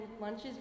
lunches